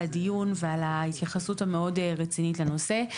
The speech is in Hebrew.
הדיון ועל ההתייחסות המאוד רצינית לנושא.